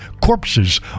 corpses